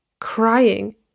crying